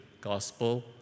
gospel